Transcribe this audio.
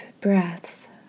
breaths